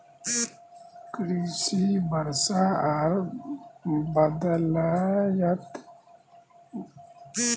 कृषि वर्षा आर बदलयत मौसम पर निर्भर हय